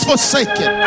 Forsaken